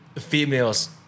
females